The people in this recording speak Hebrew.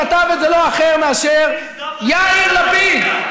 כתב את זה לא אחר מאשר יאיר לפיד,